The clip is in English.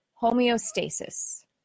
homeostasis